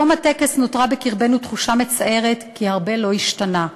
בתום הטקס נותרה בקרבנו תחושה מצערת שהרבה לא השתנה,